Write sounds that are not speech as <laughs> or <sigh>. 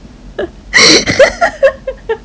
<laughs>